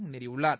முன்னேறியுள்ளார்